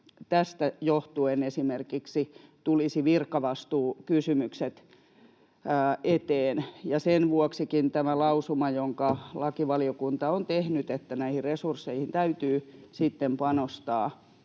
tästä johtuen esimerkiksi tulisi virkavastuukysymykset eteen. Ja sen vuoksikin tämä lausuma, jonka lakivaliokunta on tehnyt, että näihin resursseihin täytyy sitten